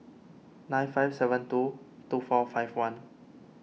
nine five seven two two four five one